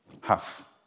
half